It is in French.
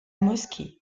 mosquée